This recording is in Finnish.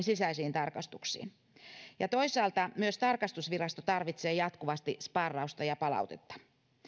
sisäisiin tarkastuksiin toisaalta myös tarkastusvirasto tarvitsee jatkuvasti sparrausta ja palautetta